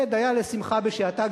זה דיה לשמחה בשעתה,